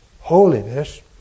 holiness